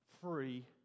free